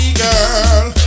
girl